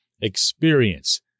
experience